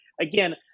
Again